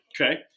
Okay